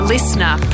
Listener